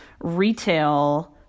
retail